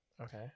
Okay